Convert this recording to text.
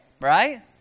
right